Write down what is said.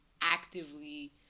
actively